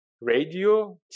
radio